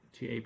ta